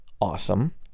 awesome